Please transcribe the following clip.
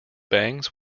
bangs